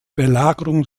belagerung